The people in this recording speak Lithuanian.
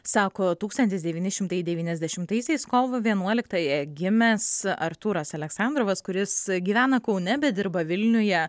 sako tūkstantis devyni šimtai devyniasdešimtaisiais kovo vienuoliktąją gimęs artūras aleksandrovas kuris gyvena kaune bet dirba vilniuje